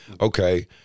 okay